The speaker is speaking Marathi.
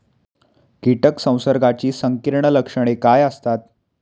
कीटक संसर्गाची संकीर्ण लक्षणे काय असतात?